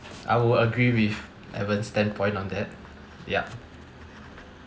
I would agree with evan's standpoint on that ya